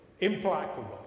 implacable